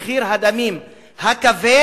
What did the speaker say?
מחיר הדמים הכבד,